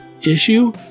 issue